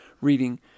reading